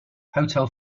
hotel